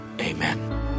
Amen